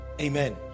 amen